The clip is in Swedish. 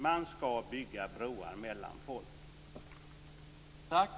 Man skall bygga broar mellan folk!